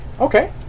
Okay